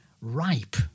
ripe